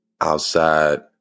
outside